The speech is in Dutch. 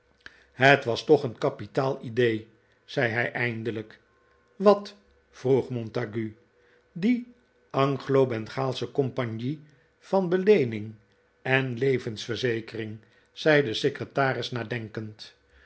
het was toch een kapitaal idee zei hij eindelijk wat vroeg montague die anglo bengaalsche compagnie van beleening en levensverzekering zei de secretaris nadenkend